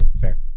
Fair